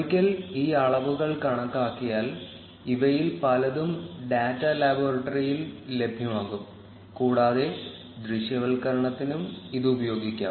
ഒരിക്കൽ ഈ അളവുകൾ കണക്കാക്കിയാൽ ഇവയിൽ പലതും ഡാറ്റാ ലബോറട്ടറിയിൽ ലഭ്യമാകും കൂടാതെ ദൃശ്യവൽക്കരണത്തിനും ഇത് ഉപയോഗിക്കാം